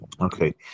Okay